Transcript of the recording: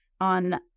on